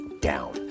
down